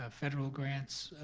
ah federal grants?